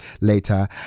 later